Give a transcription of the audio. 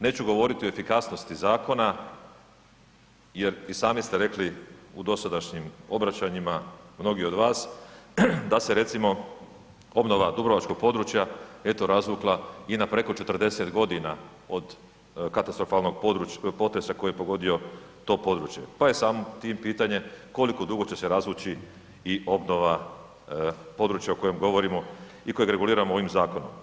Neću govoriti o efikasnosti zakona jer i sami ste rekli u dosadašnjim obraćanjima mnogi od vas da se recimo obnova dubrovačkog područja eto razvukla i na preko 40 godina od katastrofalnog potresa koji je pogodio to područje, pa je samim tim pitanje koliko dugo će se razvući i obnova područja o kojem govorimo i kojeg reguliramo ovim zakonom.